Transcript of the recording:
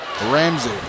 ramsey